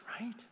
right